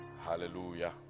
Hallelujah